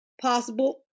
possible